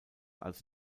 als